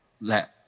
let